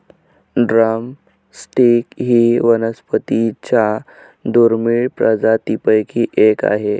drum stick ही वनस्पतीं च्या दुर्मिळ प्रजातींपैकी एक आहे